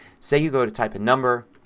say you go to type a number